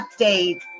update